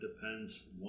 depends